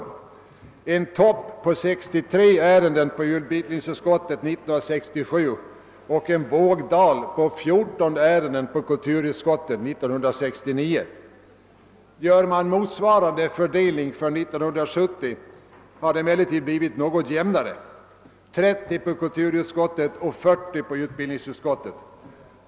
Med den föreslagna utskottsorganisationen skulle vi ha haft en topp med 63 ärenden på utbildningsutskottet år 1967 och en vågdal med 14 ärenden på kulturutskottet år 1969. Gör vi motsvarande fördelning för år 1970 blir den emellertid något jämnare: 30 ärenden på kulturutskottet och 40 på utbildningsutskottet.